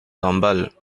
lamballe